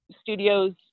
studios